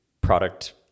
product